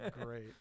great